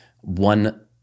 one